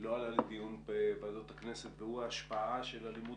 לא עלה לדיון בוועדות הכנסת והוא ההשפעה של הלימוד